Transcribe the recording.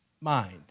mind